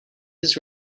his